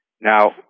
Now